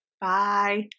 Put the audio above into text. Bye